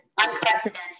unprecedented